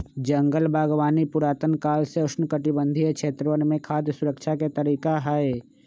जंगल बागवानी पुरातन काल से उष्णकटिबंधीय क्षेत्रवन में खाद्य सुरक्षा के तरीका हई